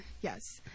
Yes